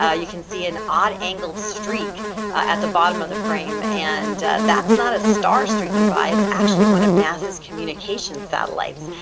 ah you can see an odd angled streak at the bottom of the frame. and that's not a star streaking by, it's actually one of nasa's communication satellites.